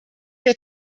der